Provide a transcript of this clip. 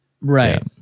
Right